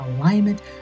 alignment